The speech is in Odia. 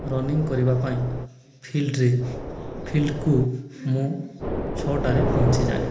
ରନିଙ୍ଗ କରିବା ପାଇଁ ଫିଲ୍ଡରେ ଫିଲ୍ଡକୁ ମୁଁ ଛଅଟାରେ ପହଞ୍ଚିଯାଏ